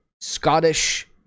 Scottish